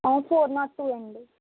sir మాకు ఇయ్యండి